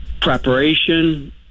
preparation